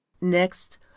Next